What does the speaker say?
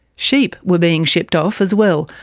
sheep were being shipped off as well,